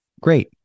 Great